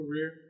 career